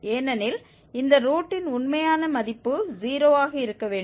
ஏனெனில் இந்த ரூட்டின் உண்மையான மதிப்பு 0 ஆக இருக்க வேண்டும்